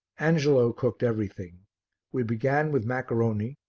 angelo cooked everything we began with maccaroni,